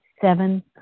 Seven